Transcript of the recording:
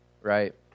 Right